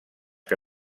que